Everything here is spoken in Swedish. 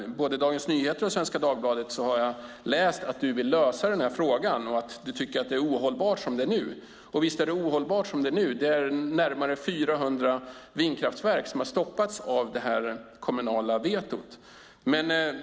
I både Dagens Nyheter och Svenska Dagbladet har jag läst att han vill lösa den här frågan och att han tycker att det är ohållbart som det är nu. Visst är det ohållbart som det är nu - det är närmare 400 vindkraftverk som har stoppats av det kommunala vetot.